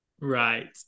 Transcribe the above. Right